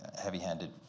heavy-handed